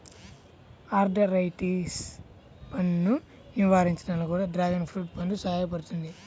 ఆర్థరైటిసన్ను నివారించడంలో కూడా డ్రాగన్ ఫ్రూట్ పండు సహాయపడుతుంది